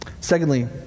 Secondly